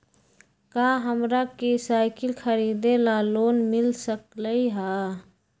का हमरा के साईकिल खरीदे ला लोन मिल सकलई ह?